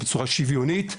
בצורה שוויונית,